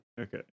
Okay